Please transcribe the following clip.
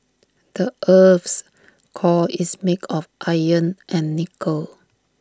the Earth's core is made of iron and nickel